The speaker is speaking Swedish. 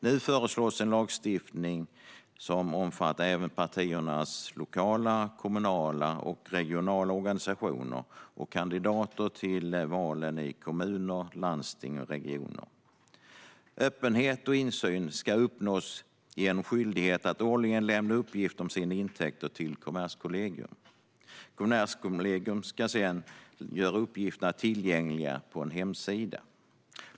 Nu föreslås en lagstiftning som omfattar även partiernas lokala, kommunala och regionala organisationer och kandidater till valen i kommuner, landsting och regioner. Öppenhet och insyn ska uppnås genom skyldighet att årligen lämna uppgift om sina intäkter till Kommerskollegium, som sedan ska göra uppgifterna tillgängliga på en hemsida.